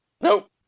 Nope